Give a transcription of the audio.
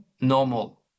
normal